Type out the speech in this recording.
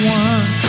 one